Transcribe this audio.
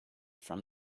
from